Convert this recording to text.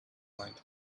mind